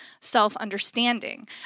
self-understanding